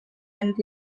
end